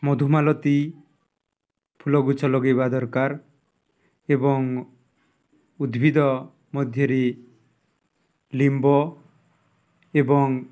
ମଧୁମାଲତି ଫୁଲଗୁଛ ଲଗେଇବା ଦରକାର ଏବଂ ଉଦ୍ଭିଦ ମଧ୍ୟରେ ଲିମ୍ବ ଏବଂ